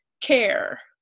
care